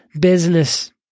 business